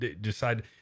decide